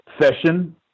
session